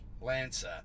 Lancer